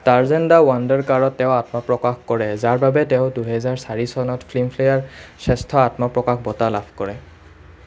Tarzan the wonder কাৰত তেওঁ আত্মপ্ৰকাশ কৰে যাৰ বাবে তেওঁ দুহাজাৰ চাৰি চনত ফিল্মফেয়াৰ শ্ৰেষ্ঠ আত্মপ্ৰকাশ বঁটা লাভ কৰে